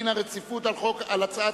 חוק ומשפט על רצונה להחיל דין רציפות על הצעת